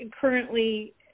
currently